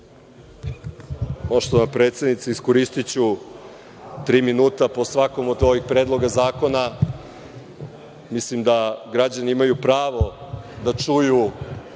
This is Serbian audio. Poštovana predsednice, iskoristiću tri minuta po svakom od ovih predloga zakona. Mislim, da građani imaju pravo da čuju